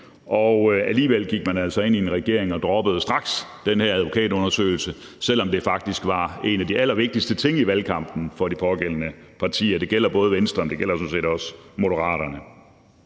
Alligevel gik man altså ind i en regering og droppede straks den her advokatundersøgelse, selv om det faktisk var en af de allervigtigste ting i valgkampen for de pågældende partier. Det gælder både Venstre, men det gælder sådan set også Moderaterne.